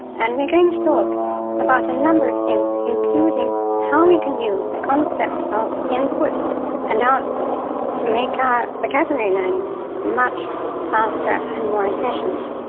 and we're going to talk about a number of things including how we can use the concept of input and output to make our vocabulary learning much faster and more efficient.